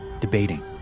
debating